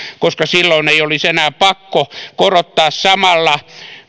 koska silloin ei olisi enää pakko korottaa samalla